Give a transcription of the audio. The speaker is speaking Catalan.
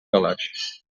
calaix